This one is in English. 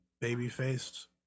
baby-faced